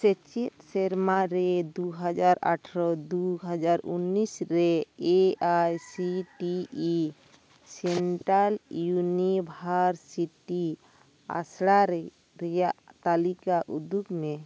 ᱥᱮᱪᱮᱫ ᱥᱮᱨᱢᱟᱨᱮ ᱫᱩ ᱦᱟᱡᱟᱨ ᱟᱴᱷᱮᱨᱚ ᱫᱩ ᱦᱟᱡᱟᱨ ᱩᱱᱤᱥ ᱨᱮ A I C T E central university ᱟᱥᱲᱟ ᱨᱮᱭᱟᱜ ᱛᱟᱞᱤᱠᱟ ᱩᱫᱩᱜᱽ ᱢᱮ